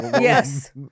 Yes